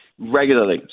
regularly